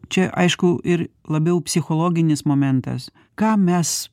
čia aišku ir labiau psichologinis momentas ką mes